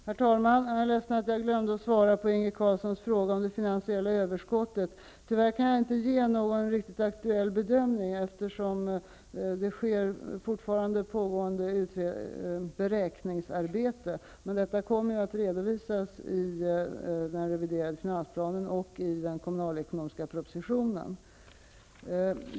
Herr talman! Jag är ledsen att jag glömde att svara på Inge Carlssons fråga om det finansiella överskottet. Tyvärr kan jag inte förmedla någon riktigt aktuell bedömning, eftersom det fortfarande pågår ett beräkningsarbete. Men en redovisning kommer i den reviderade finansplanen och i den kommunalekonomiska propositionen.